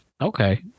Okay